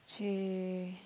she